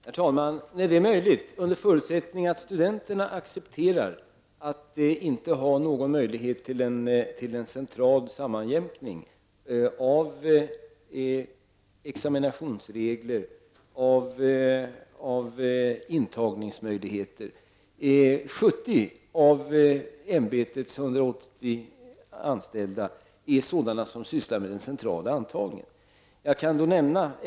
Herr talman! Nej, det är möjligt -- under förutsättning att studenterna accepterar att inte ha någon möjlighet till en central sammanjämkning av examinationsregler och intagningsmöjligheter. 70 av ämbetets 180 anställda sysslar med den centrala antagningen.